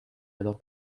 alors